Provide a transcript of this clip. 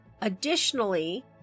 Additionally